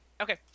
Okay